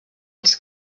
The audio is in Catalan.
els